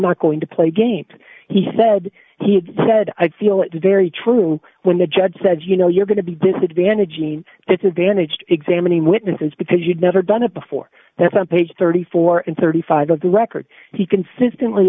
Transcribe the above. not going to play games he said he said i feel it's very true when the judge said you know you're going to be disadvantaging disadvantaged examining witnesses because you've never done it before that from page thirty four and thirty five of the record he consistently